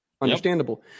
Understandable